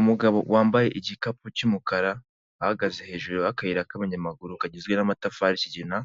Umugabo wambaye igikapu cy'umukara ahagaze hejuru y'akayira k'abanyamaguru kagizwe n'amatafari y'ikigina,